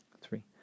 three